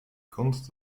kunst